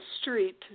street